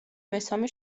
მესამე